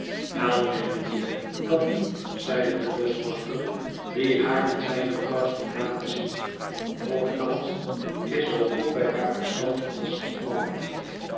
wel neen mijnheer dat niet zeide de bosch wachter die haar met zijne vrouw stond na te zien hortense is zoo goed bij haar verstand als iemand